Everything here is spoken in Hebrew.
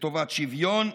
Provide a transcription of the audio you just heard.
לטובת שוויון,